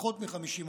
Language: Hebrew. פחות מ-50%,